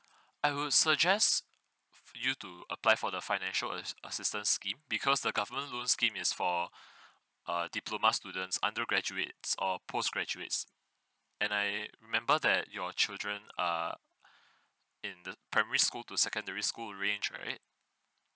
I would suggest you to apply for the financial as~ assistant scheme because the government loan scheme is for a diploma students under graduates or post graduates and I remember that your children err in the primary school to secondary school range right